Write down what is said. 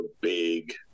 big